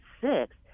six